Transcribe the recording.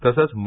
तसंच मा